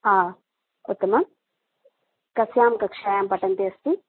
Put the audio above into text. हा उत्तमं कस्यां कक्षायां पठन्ती अस्ति